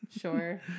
Sure